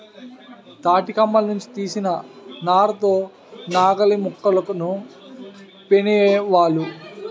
తాటికమ్మల నుంచి తీసిన నార తో నాగలిమోకులను పేనేవాళ్ళు